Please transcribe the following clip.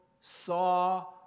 saw